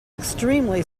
extremely